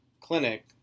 clinic